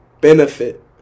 benefit